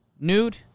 nude